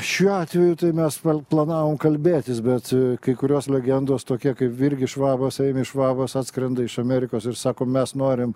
šiuo atveju tai mes planavom kalbėtis bet kai kurios legendos tokie kaip virgis švabas eimis švabas atskrenda iš amerikos ir sako mes norim